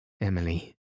Emily